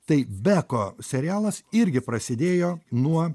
tai beko serialas irgi prasidėjo nuo